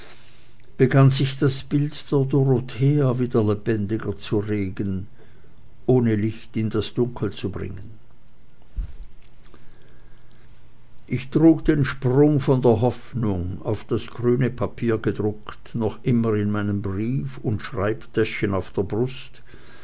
begann sich das bild der dorothea wieder lebendiger zu regen ohne licht in das dunkel zu bringen ich trug den spruch von der hoffnung auf das grüne papier gedruckt noch immer in meinem brief und schreibtäschchen auf der brust